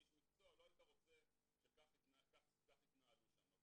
כאיש מקצוע לא היית רוצה שכך יתנהלו שם.